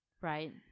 Right